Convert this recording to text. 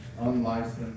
unlicensed